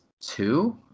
two